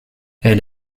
elle